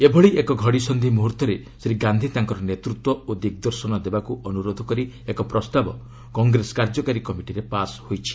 ଏଭଳି ଏକ ଘଡ଼ିସନ୍ଧି ମୁହୂର୍ତ୍ତରେ ଶ୍ରୀ ଗାନ୍ଧି ତାଙ୍କର ନେତୃତ୍ୱ ଓ ଦିଗଦର୍ଶନ ଦେବାକୁ ଅନୁରୋଧ କରି ଏକ ପ୍ରସ୍ତାବ କଂଗ୍ରେସ କାର୍ଯ୍ୟକାରୀ କମିଟିରେ ପାଶ୍ ହୋଇଛି